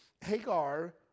Hagar